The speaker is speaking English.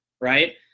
right